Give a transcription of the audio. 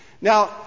Now